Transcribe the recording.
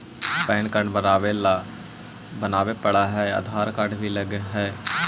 Pan card बनावे पडय है आधार कार्ड भी लगहै?